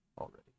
already